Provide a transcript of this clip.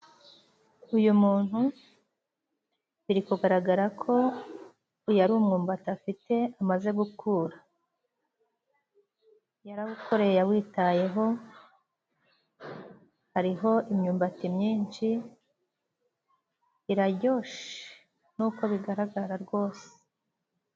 Uyu muntu biri kugaragara ko uyu ari umwumbati afite amaze gukura, yarawukoreye, yawitayeho, hariho imyumbati myinshi, irajyoshe nk'uko bigaragara rwose.